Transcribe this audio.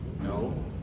No